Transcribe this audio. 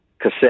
cassette